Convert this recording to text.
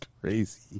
crazy